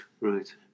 Right